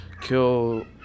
kill